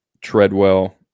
Treadwell